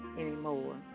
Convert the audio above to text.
anymore